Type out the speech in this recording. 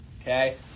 okay